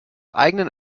eigenen